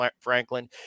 Franklin